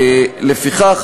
לפיכך,